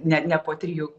ne ne po trijų